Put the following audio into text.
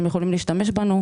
אתם יכולים להשתמש בנו.